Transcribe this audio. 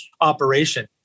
operation